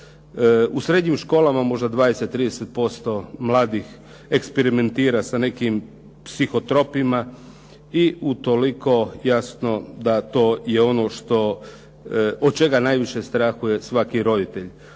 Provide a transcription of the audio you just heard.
U srednjim školama možda 20, 30% mladih eksperimentira sa nekim psiho tropima i utoliko jasno da to je ono što, od čega najviše strahuje svaki roditelj.